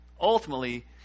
ultimately